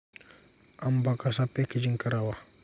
आंबा कसा पॅकेजिंग करावा?